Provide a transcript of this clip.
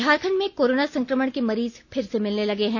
झारखण्ड में कोरोना संकमण के मरीज फिर से मिलने लगे हैं